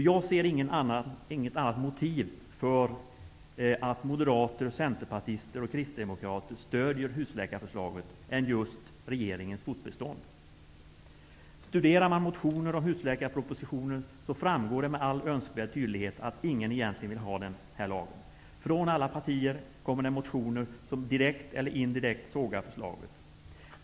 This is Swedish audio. Jag ser nämligen inget annat motiv för moderater, centerpartister och kristdemokrater att stödja husläkarförslaget än just regeringens fortbestånd. Studerar man motionerna om husläkarpropositionen framgår det med all önskvärd tydlighet att ingen egentligen vill ha den här lagen. Från alla partier kommer det motioner som direkt eller indirekt avvisar förslaget.